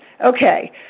Okay